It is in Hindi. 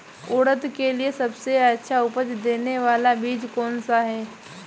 उड़द के लिए सबसे अच्छा उपज देने वाला बीज कौनसा है?